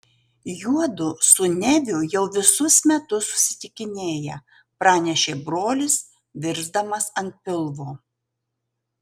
juodu su neviu jau visus metus susitikinėja pranešė brolis virsdamas ant pilvo